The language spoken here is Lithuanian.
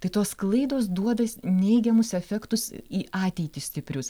tai tos klaidos duoda neigiamus efektus į ateitį stiprius